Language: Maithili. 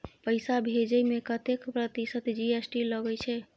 पैसा भेजै में कतेक प्रतिसत जी.एस.टी लगे छै?